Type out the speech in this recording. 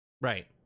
Right